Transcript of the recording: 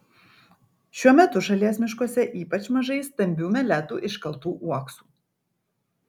šiuo metu šalies miškuose ypač mažai stambių meletų iškaltų uoksų